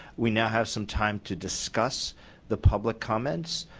we now have some time to discuss the public comments.